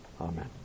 Amen